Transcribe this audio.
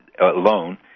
alone